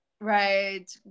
Right